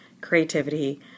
Creativity